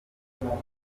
ntiyita